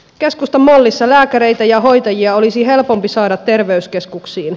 keskustan mallissa lääkäreitä ja hoitajia olisi helpompi saada terveyskeskuksiin